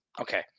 Okay